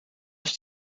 geen